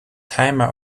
timer